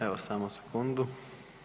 Evo, samo sekundu.